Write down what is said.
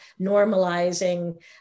normalizing